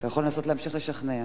אתה יכול לנסות להמשיך לשכנע.